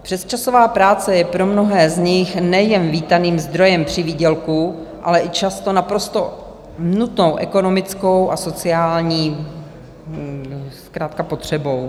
Přesčasová práce je pro mnohé z nich nejen vítaným zdrojem přivýdělku, ale i často naprosto nutnou ekonomickou a sociální potřebou.